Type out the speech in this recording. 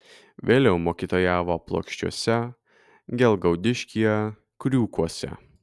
vėliau mokytojavo plokščiuose gelgaudiškyje kriūkuose